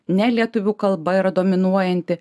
ne lietuvių kalba yra dominuojanti